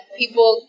people